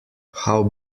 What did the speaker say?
how